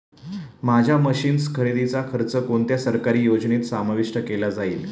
माझ्या मशीन्स खरेदीचा खर्च कोणत्या सरकारी योजनेत समाविष्ट केला जाईल?